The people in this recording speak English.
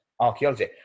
Archaeology